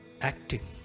acting